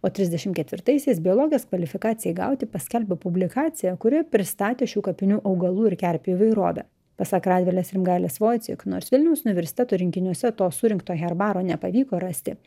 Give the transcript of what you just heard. o trisdešimt ketvirtaisiais biologės kvalifikacijai gauti paskelbė publikaciją kurioje pristatė šių kapinių augalų ir kerpių įvairovę pasak radvilės rimgailės voicik nors vilniaus universiteto rinkiniuose to surinkto herbaro nepavyko rasti